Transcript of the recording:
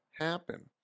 happen